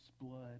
blood